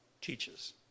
teaches